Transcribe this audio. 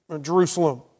Jerusalem